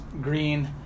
green